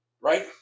Right